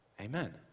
amen